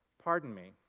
pardon me,